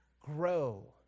Grow